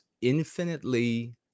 infinitely